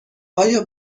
آیا